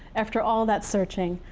after all that searching.